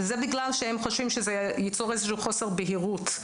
כי זה ייצור חוסר בהירות.